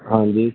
ਹਾਂਜੀ